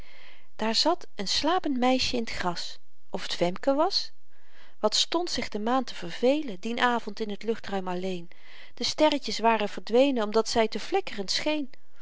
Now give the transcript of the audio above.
daar zat een slapend meisje in t gras of t femke was wat stond zich de maan te vervelen dien avend in t luchtruim alleen de sterretjes waren verdwenen omdat zy te flikkerend